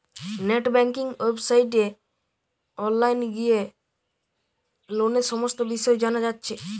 net banking ওয়েবসাইটে online গিয়ে লোনের সমস্ত বিষয় জানা যাচ্ছে